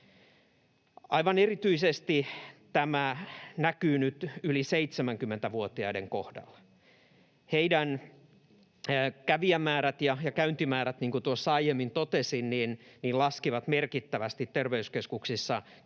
Aivan erityisesti tämä näkyy nyt yli 70-vuotiaiden kohdalla. Heidän, ikäihmisten, kävijämääränsä ja käyntimääränsä, niin kuin tuossa aiemmin totesin, laskivat merkittävästi terveyskeskuksissa kevään